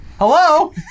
Hello